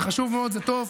זה חשוב מאוד, זה טוב,